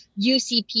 UCP